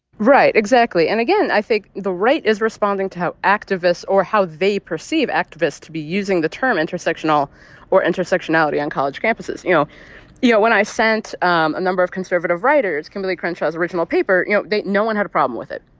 right. exactly. and again, i think the right is responding to how activists or how they perceive activists to be using the term intersectional or intersectionality on college campuses. you know, yeah when i sent um a number of conservative writers kimberle crenshaw's original paper, you know, they no one had a problem with it.